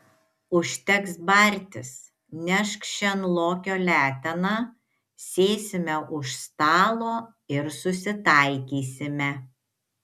užteks bartis nešk šen lokio leteną sėsime už stalo ir susitaikysime